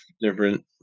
different